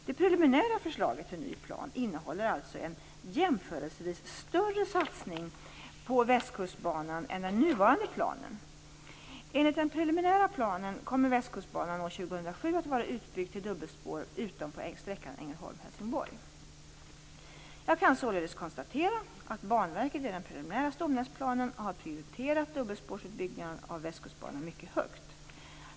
Det preliminära förslaget till ny plan innehåller alltså en jämförelsevis större satsning på Jag kan således konstatera att Banverket i den preliminära stomnätsplanen har prioriterat dubbelspårsutbyggnaden av Västkustbanan mycket högt.